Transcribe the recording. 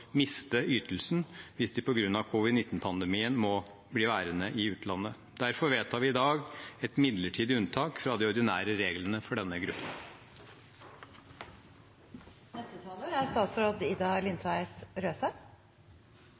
miste ytelsen hvis de på grunn av covid-19-pandemien må bli værende i utlandet. Derfor vedtar vi i dag et midlertidig unntak fra de ordinære reglene for denne